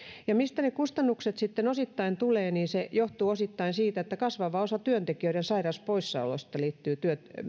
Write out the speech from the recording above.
ja mistä ne kustannukset sitten osittain tulevat niin se johtuu osittain siitä että kasvava osa työntekijöiden sairauspoissaoloista liittyy